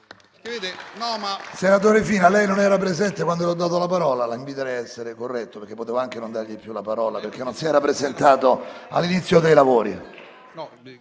Senatore Fina, lei non era presente quando le ho dato la parola. La inviterei a essere corretto, perché potevo anche non dargliela più, visto che non si era presentato all'inizio dei lavori.